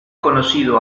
conocido